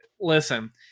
listen